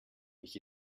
mich